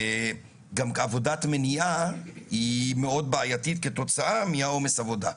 גם עבודת מניעה היא מאוד בעייתית כתוצאה מעומס העבודה,